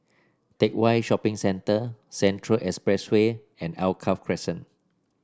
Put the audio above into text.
Teck Whye Shopping Centre Central Expressway and Alkaff Crescent